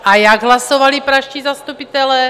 A jak hlasovali pražští zastupitelé?